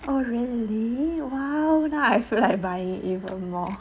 oh really !wow! now I feel like buying even more